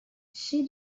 she